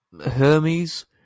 Hermes